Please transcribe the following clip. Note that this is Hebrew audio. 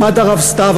עמד הרב סתיו,